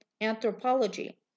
anthropology